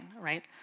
right